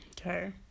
Okay